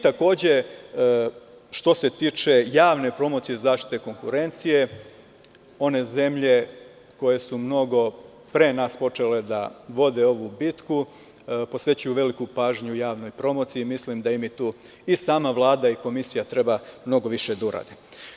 Takođe, što se tiče javne promocije zaštite konkurencije, one zemlje koje su mnogo pre nas počele da vode ovu bitku, posvećuju veliku pažnju javnoj promociji, i mislim da im tu i sama Vlada i komisija treba mnogo više da urade.